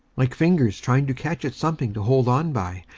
like fingers trying to catch at something to hold on by,